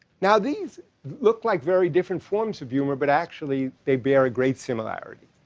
now these look like very different forms of humor but actually they bear a great similarity.